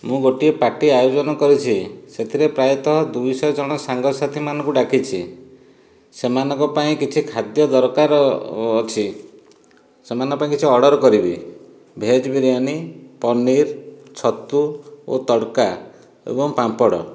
ମୁଁ ଗୋଟିଏ ପାର୍ଟି ଆୟୋଜନ କରିଛି ସେଥିରେ ପ୍ରାୟତଃ ଦୁଇ ସହ ଜଣ ସାଙ୍ଗ ସାଥୀ ମାନଙ୍କୁ ଡାକିଛି ସେମାନଙ୍କ ପାଇଁ କିଛି ଖାଦ୍ୟ ଦରକାର ଅଛି ସେମାନଙ୍କ ପାଇଁ କିଛି ଅର୍ଡ଼ର କରିବି ଭେଜ୍ ବିରିୟାନୀ ପନିର ଛତୁ ଓ ତଡ଼କା ଏବଂ ପାମ୍ପଡ଼